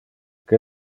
que